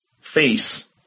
face